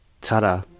ta-da